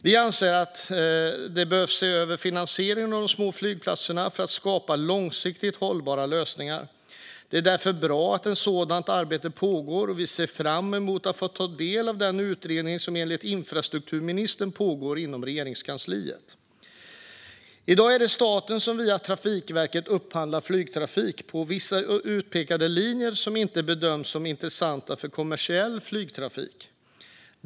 Vi anser att finansieringen av de små flygplatserna behöver ses över för att skapa långsiktigt hållbara lösningar. Det är därför bra att ett sådant arbete pågår, och vi ser fram emot att få ta del av den utredning som enligt infrastrukturministern pågår inom Regeringskansliet. I dag är det staten som via Trafikverket upphandlar flygtrafik på vissa utpekade linjer som inte bedöms som intressanta för kommersiell flygtrafik.